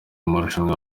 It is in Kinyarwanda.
amarushanwa